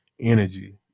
energy